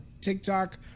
TikTok